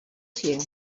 here